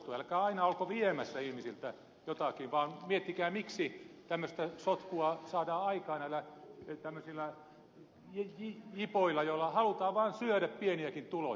älkää aina olko viemässä ihmisiltä jotakin vaan miettikää miksi tämmöistä sotkua saadaan aikaan tämmöisillä jipoilla joilla halutaan vaan syödä pieniäkin tuloja